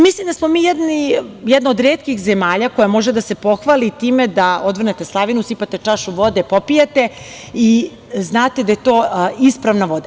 Mislim da smo mi jedna od retkih zemalja koja može da se pohvali time da možete da odvrnete slavinu, sipate čašu vode, popijete i znate da je to ispravna voda.